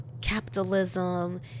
capitalism